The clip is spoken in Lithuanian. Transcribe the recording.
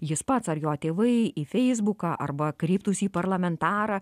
jis pats ar jo tėvai į feisbuką arba kreiptųsi į parlamentarą